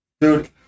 dude